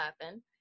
happen